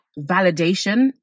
validation